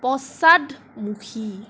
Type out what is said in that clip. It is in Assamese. পশ্চাদমুখী